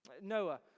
Noah